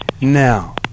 Now